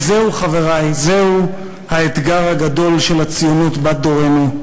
וזהו, חברי, זהו האתגר הגדול של הציונות בת דורנו,